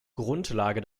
grundlage